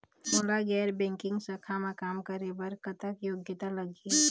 मोला गैर बैंकिंग शाखा मा काम करे बर कतक योग्यता लगही?